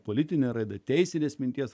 politinė raida teisinės minties